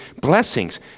blessings